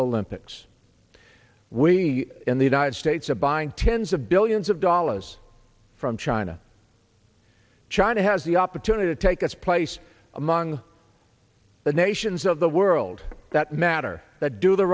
lympics we in the united states of buying tens of billions of dollars from china china has the opportunity to take its place among the nations of the world that matter that do the